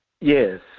Yes